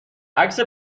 عکس